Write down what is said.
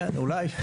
כן, אולי.